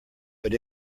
but